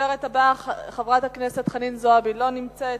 הדוברת הבאה, חברת הכנסת חנין זועבי, לא נמצאת.